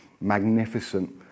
magnificent